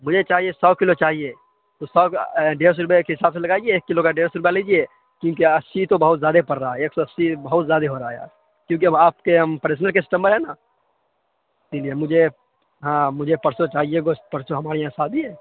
مجھے چاہیے سو کلو چاہیے تو سو ڈیڑھ سو روپیے کے حساب سے لگائیے ایک کلو کا ڈیڑھ سو روپیہ لیجیے کیونکہ اسّی تو بہت زیادے پر رہا ہے ایک سو اسّی بہت زیادے ہو رہا ہے یار کیونکہ آپ کے ہم پرسنل کسٹمر ہیں نا اسی لیے مجھے ہاں مجھے پرسو مجھے چاہیے گوست پرسو ہمارے یہاں شادی ہے